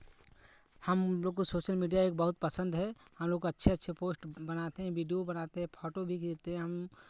हम लोग को सोशल मीडिया एक बहुत पसंद है हम लोग अच्छे अच्छे पोस्ट बनाते हैं वीडियो बनाते हैं फाेटो भी खींचते हम